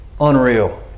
Unreal